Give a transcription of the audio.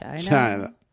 China